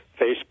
Facebook